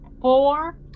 Four